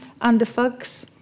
underfugs